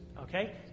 Okay